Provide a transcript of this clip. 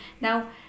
now